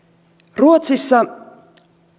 ruotsissa